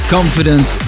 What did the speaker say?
Confidence